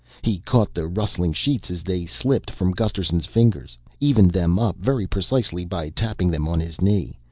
he caught the rustling sheets as they slipped from gusterson's fingers, evened them up very precisely by tapping them on his knee.